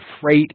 freight